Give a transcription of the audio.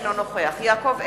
אינו נוכח יעקב אדרי,